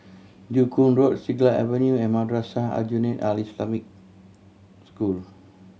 Joo Koon Road Siglap Avenue and Madrasah Aljunied Al Islamic School